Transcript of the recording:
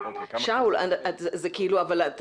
שני